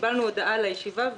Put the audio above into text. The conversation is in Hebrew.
אנחנו לא קיבלנו הודעה על הישיבה,